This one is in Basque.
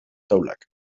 taulak